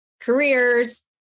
careers